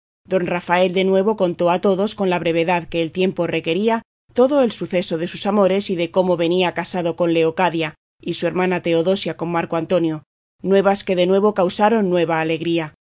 don rafael de nuevo contó a todos con la brevedad que el tiempo requería todo el suceso de sus amores y de cómo venía casado con leocadia y su hermana teodosia con marco antonio nuevas que de nuevo causaron nueva alegría